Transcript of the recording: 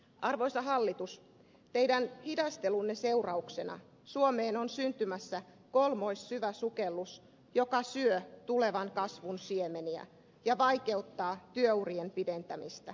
arvoisa hallitus teidän hidastelunne seurauksena suomeen on syntymässä kolmoissyväsukellus joka syö tulevan kasvun siemeniä ja vaikeuttaa työurien pidentämistä